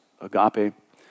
agape